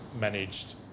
managed